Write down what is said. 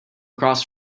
across